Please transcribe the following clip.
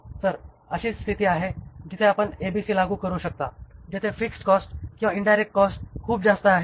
तर अशीच स्थिती आहे जिथे आपण ABC लागू करू शकता जेथे फिक्स्ड कॉस्ट किंवा इन्डायरेक्ट कॉस्ट खूप जास्त आहे